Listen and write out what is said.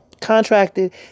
contracted